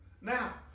Now